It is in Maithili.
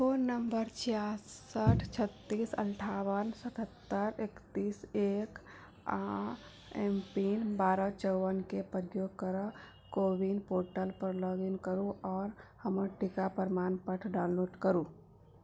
फोन नम्बर छियासठि छत्तीस अठाबन सतहत्तर इकतीस एक आ एम पिन बारह चौवनके प्रयोग कर कोविन पोर्टल पर लॉग इन करू आ हमर टीका प्रमाण पत्र डाउनलोड करू